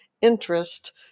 interest